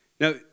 Now